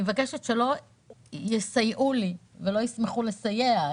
אני מבקשת שלא יסייעו לי ולא ישמחו לסייע.